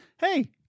hey